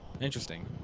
interesting